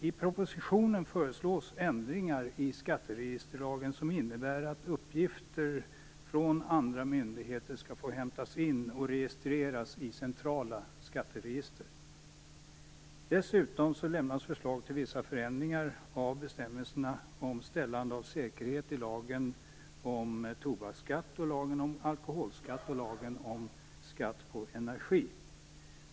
I propositionen föreslås ändringar i skatteregisterlagen som innebär att uppgifter från andra myndigheter skall få hämtas in och registreras i det centrala skatteregistret. Dessutom lämnas förslag till vissa förändringar av bestämmelserna om ställande av säkerhet i lagen om tobaksskatt, lagen om alkoholskatt och lagen om skatt på energi.